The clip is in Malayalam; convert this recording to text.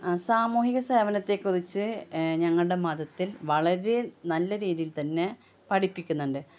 സാമൂഹിക സേവനത്തെ കുറിച്ച് ഞങ്ങളുടെ മതത്തിൽ വളരെ നല്ല രീതിയിൽ തന്നെ പഠിപ്പിക്കുന്നുണ്ട്